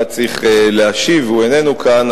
היה צריך להשיב והוא איננו כאן,